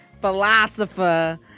philosopher